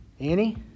Annie